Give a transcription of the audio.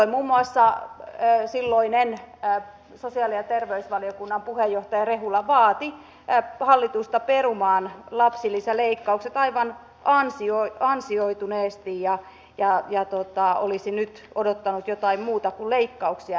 silloin muun muassa silloinen sosiaali ja terveysvaliokunnan puheenjohtaja rehula vaati hallitusta perumaan lapsilisäleikkaukset aivan ansioituneesti ja olisi nyt odottanut jotain muuta kuin leikkauksia näihin